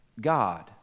God